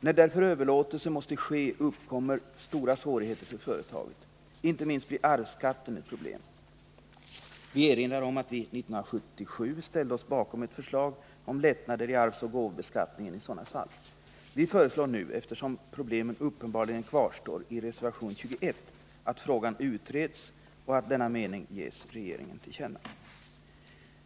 När överlåtelse måste ske uppkommer därför stora svårigheter för företagen. Inte minst blir arvsskatten ett problem. Vi erinrar om att vi 1977 ställde oss bakom ett förslag om lättnader i arvsoch gåvobeskattningen i sådana fall. Vi föreslår nu, eftersom problemen uppenbarligen kvarstår, i reservation 21 att frågan utreds och att denna mening ges regeringen till känna.